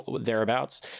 thereabouts